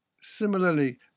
Similarly